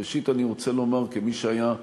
ראשית, אני רוצה לומר, כמי שהיה שותף,